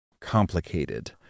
complicated